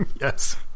Yes